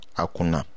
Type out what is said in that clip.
akuna